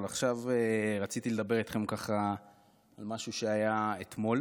אבל עכשיו רציתי לדבר איתכם על משהו שהיה אתמול